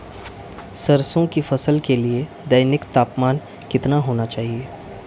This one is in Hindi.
सरसों की फसल के लिए दैनिक तापमान कितना होना चाहिए?